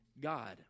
God